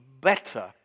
better